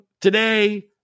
today